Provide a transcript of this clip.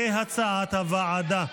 כהצעת הוועדה.